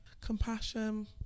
Compassion